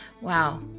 Wow